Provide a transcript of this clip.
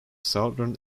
southern